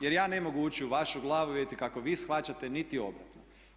Jer ja ne mogu ući u vašu glavu i vidjeti kako vi shvaćate niti obratno.